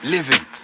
Living